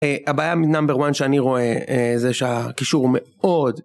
הבעיה מ-number 1 שאני רואה זה שהקישור מאוד